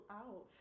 out